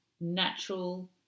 natural